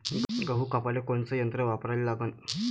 गहू कापाले कोनचं यंत्र वापराले लागन?